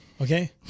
Okay